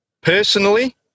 Personally